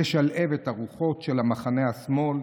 לשלהב את הרוחות של מחנה השמאל,